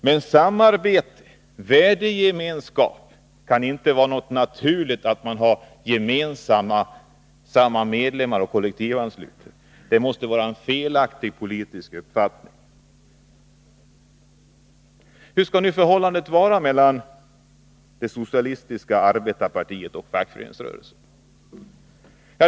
Det måste vara en felaktig politisk uppfattning att det är naturligt att samarbete och värdegemenskap innebär att man har gemensamt medlemskap och kollektivanslutning. Hur skall nu förhållandet vara mellan det socialistiska arbetarpartiet och fackföreningsrörelsen?